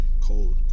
cold